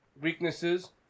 weaknesses